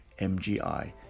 MGI